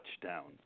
touchdowns